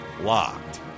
Locked